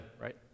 right